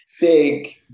big